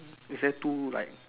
is there two like